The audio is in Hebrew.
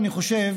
אני חושב,